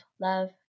love